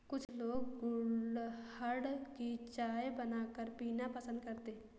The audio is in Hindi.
कुछ लोग गुलहड़ की चाय बनाकर पीना पसंद करते है